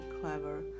clever